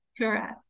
Correct